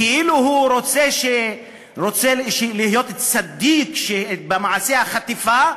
כאילו הוא רוצה להיות צדיק, שבמעשה החטיפה,